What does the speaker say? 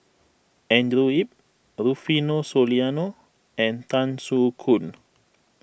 Andrew Yip Rufino Soliano and Tan Soo Khoon